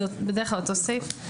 בדרך כלל זה אותו סעיף.